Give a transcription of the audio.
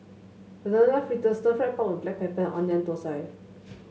Banana Fritters Stir Fried Pork with Black Pepper and Onion Thosai